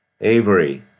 Avery